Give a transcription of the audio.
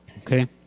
Okay